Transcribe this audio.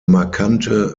markante